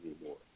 anymore